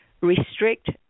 restrict